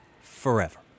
forever